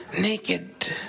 naked